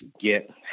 get